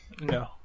No